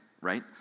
right